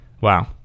Wow